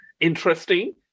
interesting